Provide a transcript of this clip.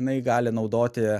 jinai gali naudoti